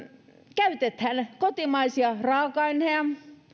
käytetään kotimaisia raaka aineita